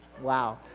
Wow